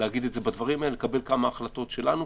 לקבל כמה החלטות שלנו.